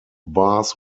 bars